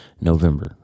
November